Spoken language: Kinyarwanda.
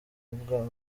bwa